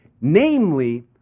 Namely